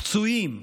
פצועים,